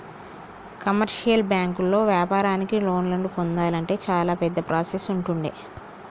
commercial బ్యాంకుల్లో వ్యాపారానికి లోన్లను పొందాలంటే చాలా పెద్ద ప్రాసెస్ ఉంటుండే